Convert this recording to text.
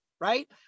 right